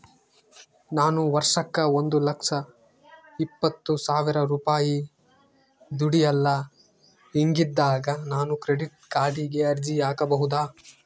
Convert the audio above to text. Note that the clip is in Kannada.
ನಾನು ವರ್ಷಕ್ಕ ಒಂದು ಲಕ್ಷ ಇಪ್ಪತ್ತು ಸಾವಿರ ರೂಪಾಯಿ ದುಡಿಯಲ್ಲ ಹಿಂಗಿದ್ದಾಗ ನಾನು ಕ್ರೆಡಿಟ್ ಕಾರ್ಡಿಗೆ ಅರ್ಜಿ ಹಾಕಬಹುದಾ?